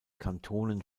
kantonen